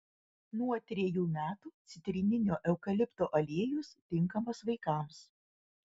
nuo trejų metų citrininio eukalipto aliejus tinkamas vaikams